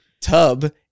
tub